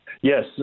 Yes